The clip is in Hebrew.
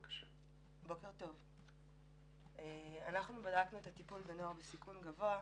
בדקנו את הטיפול בנוער בסיכון גבוה,